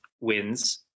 wins